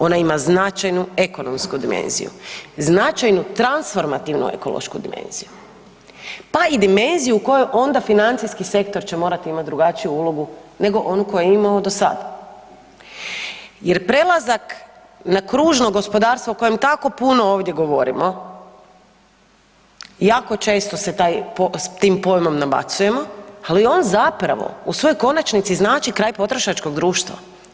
Ona ima značajnu ekonomsku dimenziju, značajnu transformativnu dimenziju, pa i dimenziju u kojoj onda financijski sektor će morati imati drugačiju ulogu nego onu koju je imao do sada jer prelazak na kružno gospodarstvo o kojem tako puno ovdje govorimo i jako često se tim pojmom nabacujemo, ali on zapravo u svojoj konačnici znači kraj potrošačkog društva.